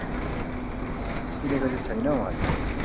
ए किनेको चाहिँ छैनौ हजुर